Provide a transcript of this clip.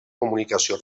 comunicació